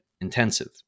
intensive